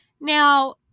Now